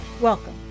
Welcome